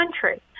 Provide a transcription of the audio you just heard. country